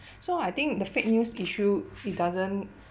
so I think the fake news issue it doesn't